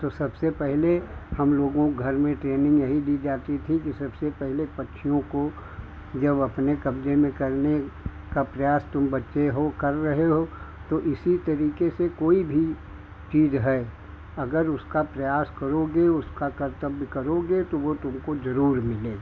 तो सबसे पहले हम लोगों को घर में ट्रेनिंग यही दी जाती थी कि सबसे पहले पक्षियों को जब अपने कब्जे में करने का प्रयास तुम बच्चे हो कर रहे हो तो इसी तरीके से कोई भी चीज़ है अगर उसका प्रयास करोगे उसका कर्त्तव्य करोगे तो वह तुमको ज़रूर मिलेगा